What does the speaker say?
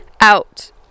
out